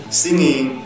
singing